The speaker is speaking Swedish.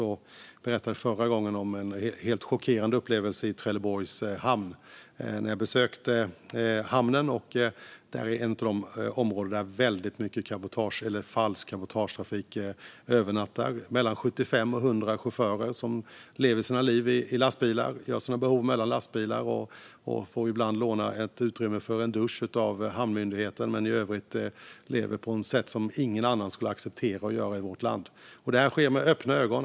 Jag berättade förra gången om en helt chockerande upplevelse av ett besök i Trelleborgs hamn. Det här är ett av de områden där väldigt mycket falsk cabotagetrafik övernattar. Mellan 75 och 100 chaufförer lever sina liv i lastbilar och uträttar sina behov mellan lastbilarna. De får ibland låna ett utrymme för dusch av hamnmyndigheten, men i övrigt lever de på ett sätt som ingen annan skulle acceptera i vårt land. Det här skedde inför öppen ridå.